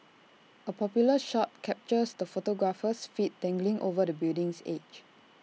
A popular shot captures the photographer's feet dangling over the building's edge